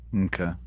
Okay